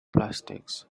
plastics